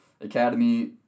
Academy